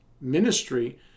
ministry